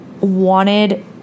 wanted